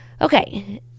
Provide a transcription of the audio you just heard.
Okay